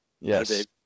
Yes